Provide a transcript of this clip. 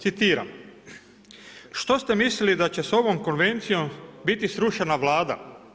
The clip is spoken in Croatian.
Citiram: „Što ste mislili da će se ovom konvencijom biti srušena Vlada?